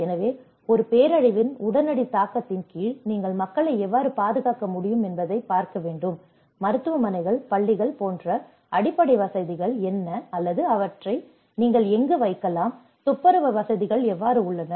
எனவே ஒரு பேரழிவின் உடனடி தாக்கத்தின் கீழ் நீங்கள் மக்களை எவ்வாறு பாதுகாக்க முடியும் என்பதைப் பார்க்க வேண்டும் மருத்துவமனைகள் பள்ளிகள் போன்ற அடிப்படை வசதிகள் என்ன அல்லது அவற்றை நீங்கள் எங்கு வைக்கலாம் துப்புரவு வசதிகள் எவ்வாறு உள்ளன